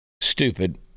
stupid